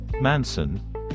Manson